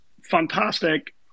fantastic